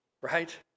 right